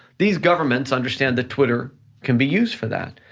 these governments understand that twitter can be used for that,